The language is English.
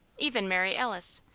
even mary alice,